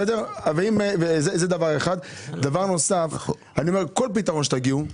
אני אומר שכל פתרון שתגיעו אליו,